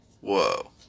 Whoa